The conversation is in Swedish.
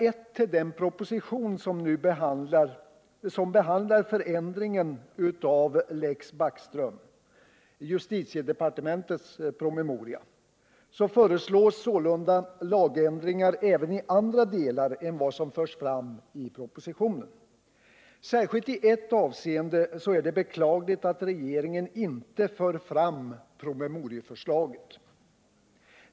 I till den proposition som behandlar förändringar av lex Backström, justitiedepartementets promemoria, föreslås sålunda lagändringar även i andra delar än vad som förs fram i propositionen. Särskilt i ett avseende är det beklagligt att regeringen inte för fram promemorieförslaget.